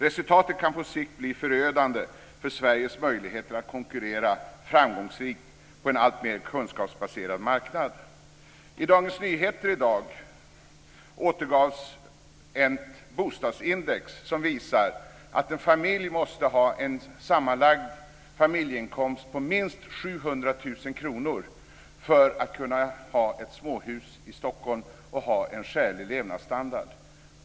Resultatet kan på sikt bli förödande för Sveriges möjligheter att konkurrera framgångsrikt på en alltmer kunskapsbaserad marknad. I Dagens Nyheter i dag återgavs ett bostadsindex som visar att en familj måste ha en sammanlagd familjeinkomst på minst 700 000 kr för att kunna ha ett småhus i Stockholm och ha en skälig levnadsstandard.